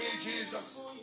Jesus